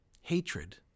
Hatred